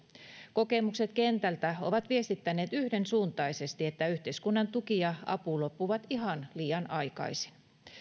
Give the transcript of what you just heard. kokemukset kentältä ovat viestittäneet yhdensuuntaisesti että yhteiskunnan tuki ja apu loppuvat ihan liian aikaisin